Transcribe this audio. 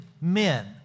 men